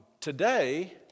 today